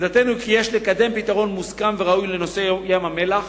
עמדתנו היא שיש לקדם פתרון מוסכם וראוי לנושא ים-המלח